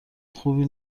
خوبی